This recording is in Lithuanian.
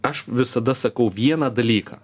aš visada sakau vieną dalyką